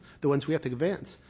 the ones we have to convince.